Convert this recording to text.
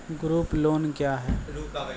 Group loan क्या है?